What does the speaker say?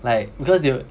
like because they